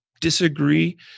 disagree